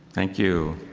thank you.